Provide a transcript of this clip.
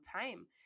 time